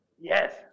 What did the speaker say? Yes